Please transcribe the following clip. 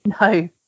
no